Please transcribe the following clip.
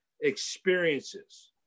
experiences